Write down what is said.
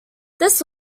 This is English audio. this